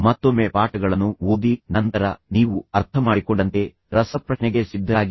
ಮತ್ತೊಮ್ಮೆ ಪಾಠಗಳನ್ನು ಓದಿ ನಂತರ ನೀವು ಅರ್ಥಮಾಡಿಕೊಂಡಂತೆ ರಸಪ್ರಶ್ನೆಗೆ ಸಿದ್ಧರಾಗಿರಿ